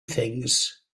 things